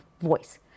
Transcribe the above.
voice